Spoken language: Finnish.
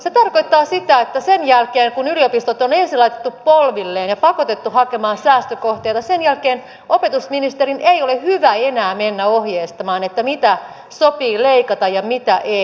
se tarkoittaa sitä että sen jälkeen kun yliopistot on ensin laitettu polvilleen ja pakotettu hakemaan säästökohteita opetusministerin ei ole hyvä enää mennä ohjeistamaan mitä sopii leikata ja mitä ei